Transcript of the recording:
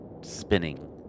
spinning